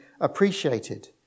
appreciated